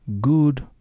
good